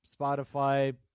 Spotify